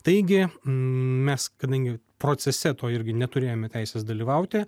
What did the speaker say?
taigi mes kadangi procese to irgi neturėjome teisės dalyvauti